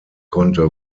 konnte